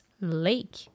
Lake